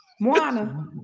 Moana